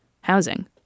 housing